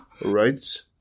right